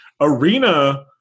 Arena